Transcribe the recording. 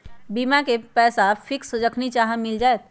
बीमा के पैसा फिक्स जखनि चाहम मिल जाएत?